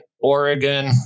Oregon